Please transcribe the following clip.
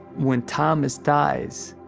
when thomas dies,